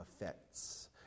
effects